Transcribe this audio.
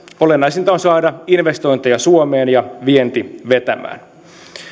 olennaisinta on saada investointeja suomeen ja vienti vetämään